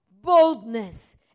Boldness